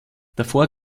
davor